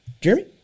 Jeremy